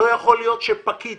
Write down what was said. פקיד